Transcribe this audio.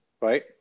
right